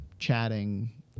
chatting